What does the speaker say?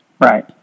right